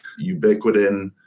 ubiquitin